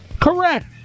Correct